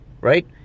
Right